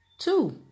Two